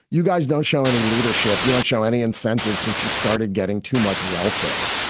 you guys don't show any leadership. you don't show any incentive since you started getting too much welfare.